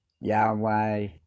Yahweh